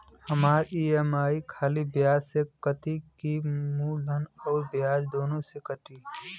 हमार ई.एम.आई खाली ब्याज में कती की मूलधन अउर ब्याज दोनों में से कटी?